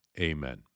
Amen